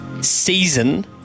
season